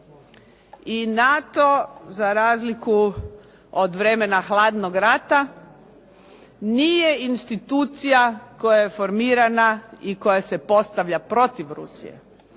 I NATO za razliku od vremena hladnog rata, nije institucija koja je formirana i koja se postavlja protiv Rusije